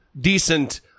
decent